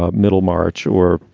ah middlemarch or,